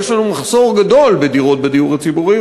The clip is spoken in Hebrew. יש לנו מחסור גדול בדירות בדיור הציבורי,